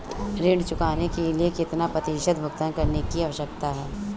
ऋण चुकाने के लिए कितना प्रतिशत भुगतान करने की आवश्यकता है?